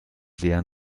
sehr